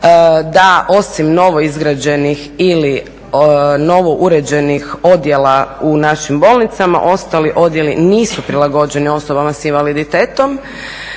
da osim novoizgrađenih ili novouređenih odjela u našim bolnicama ostali odjeli nisu prilagođeni osobama sa invaliditetom.